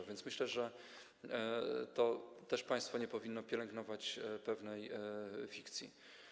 A więc myślę, że państwo nie powinno pielęgnować pewnej fikcji.